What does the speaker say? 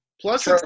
plus